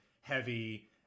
heavy